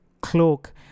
cloak